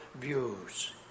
views